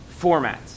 formats